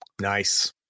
Nice